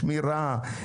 שמירה,